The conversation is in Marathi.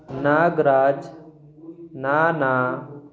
नागराज नाना